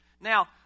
Now